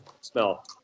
smell